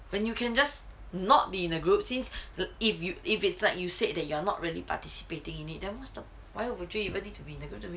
when you can just not being a group since if it's like you said that you are not really participating in it then what's the why would you need to be in the group to begin with